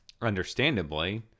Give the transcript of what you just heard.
understandably